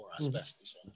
asbestos